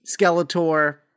Skeletor